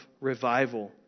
revival